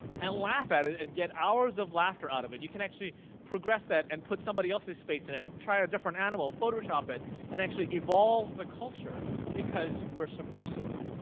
and laugh at it and get hours of laughter out of it. you can actually progress that and put somebody else's face in it, try a different animal, photoshop it and actually evolve the culture because we're subverssive.